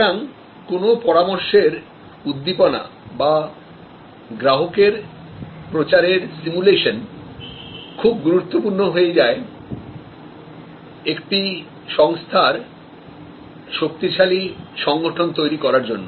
সুতরাং কোন পরামর্শের উদ্দীপনা বা গ্রাহকের প্রচারের সিমুলেশন খুব গুরুত্বপূর্ণ হয়ে যায় একটি সংস্থার শক্তিশালী সংগঠন তৈরি করার জন্য